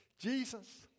Jesus